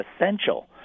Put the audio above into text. essential